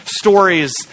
stories